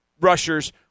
rushers